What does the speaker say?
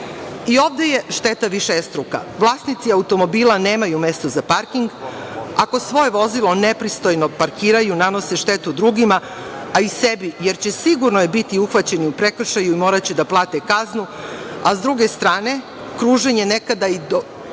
ovde je šteta višestruka. Vlasnici automobila nemaju mesta za parking. Ako svoje vozilo nepristojno parkiraju nanose štetu drugima, a i sebi, jer će sigurno biti uhvaćeni u prekršaju i moraće da plate kaznu, a s druge strane kruženje nekada i od